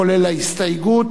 כולל ההסתייגות,